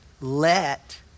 Let